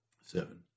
Seven